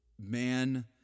man